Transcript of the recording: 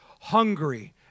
hungry